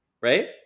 right